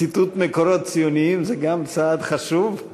ציטוט מקורות ציוניים זה גם צעד חשוב.